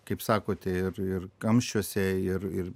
kaip sakote ir ir kamščiuose ir ir